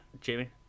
Jamie